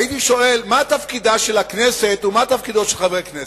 הייתי שואל: מה תפקידה של הכנסת ומה תפקידו של חבר הכנסת?